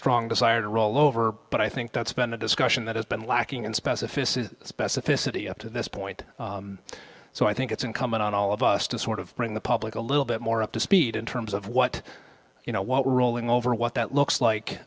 strong desire to rollover but i think that's been a discussion that has been lacking in specificity specificity up to this point so i think it's incumbent on all of us to sort of bring the public a little bit more up to speed in terms of what you know what we're rolling over what that looks like